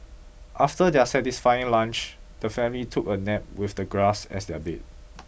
after their satisfying lunch the family took a nap with the grass as their bed